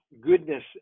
goodness